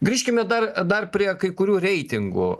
grįžkime dar dar prie kai kurių reitingų